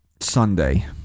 Sunday